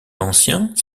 anciens